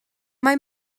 mae